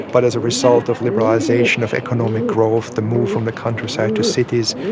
but as a result of liberalisation of economic growth, the move from the countryside to cities,